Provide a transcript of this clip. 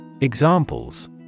Examples